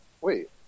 Wait